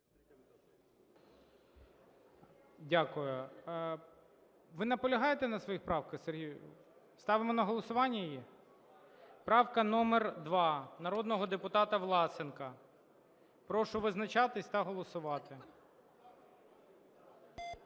Дякую. Ви наполягаєте на своїх правках, Сергій? Ставимо на голосування її? Правка номер 2 народного депутата Власенка. Прошу визначатися та голосувати.